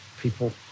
people